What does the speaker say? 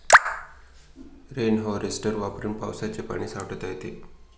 rain harvester वापरून पावसाचे पाणी साठवता येते